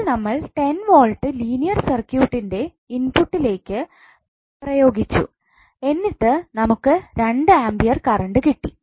ഇപ്പോൾ നമ്മൾ 10 volt linear സർക്യൂട്ടിന്റെ ഇൻപുട്ട്ലേക്ക് പ്രയോഗിച്ചു എന്നിട്ട് നമുക്ക് 2 ആംപിയർ കറണ്ട് കിട്ടി